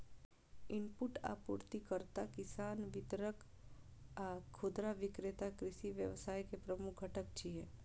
input आपूर्तिकर्ता, किसान, वितरक आ खुदरा विक्रेता कृषि व्यवसाय के प्रमुख घटक छियै